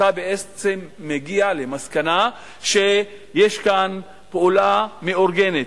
בעצם אתה מגיע למסקנה שיש כאן פעולה מאורגנת.